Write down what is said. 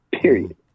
Period